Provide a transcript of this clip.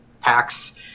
packs